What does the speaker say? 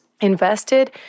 invested